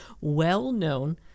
well-known